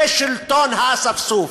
זה שלטון האספסוף.